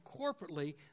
corporately